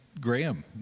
Graham